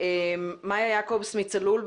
מאיה יעקובס, צלול.